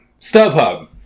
StubHub